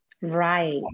Right